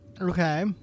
Okay